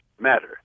matter